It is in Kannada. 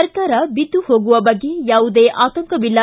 ಸರ್ಕಾರ ಬಿದ್ದು ಹೋಗುವ ಬಗ್ಗೆ ಯಾವುದೇ ಆತಂಕ ಇಲ್ಲ